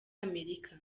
amerika